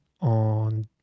on